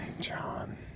John